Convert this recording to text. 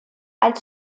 als